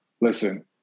listen